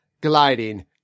gliding